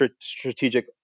strategic